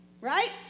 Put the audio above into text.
right